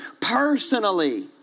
personally